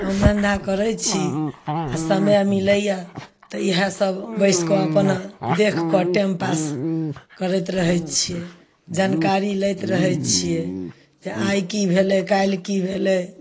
कामधन्धा करै छी आ समय मिलैया तऽ इएह सब बसि कऽ अपना देख कऽ टाइम पास करैत रहै छियै जनकारी लैत रहै छियै तऽ आइ की भेलै काल्हि की भेलै